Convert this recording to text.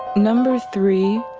number three,